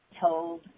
told